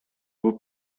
vous